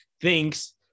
thinks –